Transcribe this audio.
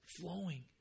flowing